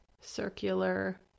circular